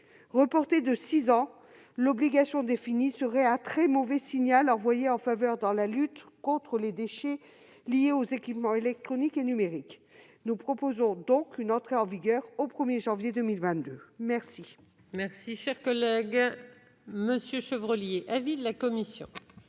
Reporter de six ans l'obligation définie serait un très mauvais signal envoyé dans la lutte contre les déchets liés aux équipements électroniques et numériques. Nous proposons donc une entrée en vigueur au 1 janvier 2022. Quel